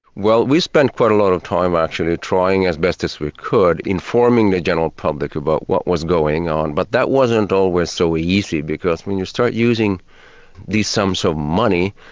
well we spent quite a lot of time actually trying as best as we could informing the general public about what was going on, but that wasn't always so easy because when you start using these sums of money,